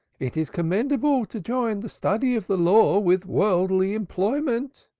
it is commendable to join the study of the law with worldly employment?